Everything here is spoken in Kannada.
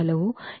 ರ ಪರಿಹಾರವಾಗಿದೆ